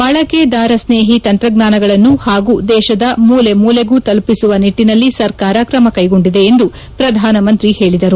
ಬಳಕೆದಾರಸ್ನೇಹಿ ತಂತ್ರಜ್ಞಾನಗಳನ್ನು ಹಾಗೂ ದೇಶದ ಮೂಲೆ ಮೂಲೆಗೂ ತಲುಪಿಸುವ ನಿಟ್ಟಿನಲ್ಲಿ ಸರ್ಕಾರ ಕ್ರಮಕ್ಯೆಗೊಂದಿದೆ ಎಂದು ಪ್ರಧಾನಮಂತ್ರಿ ಹೇಳಿದರು